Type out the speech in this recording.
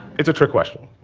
it's a trick question.